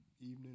evening